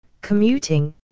commuting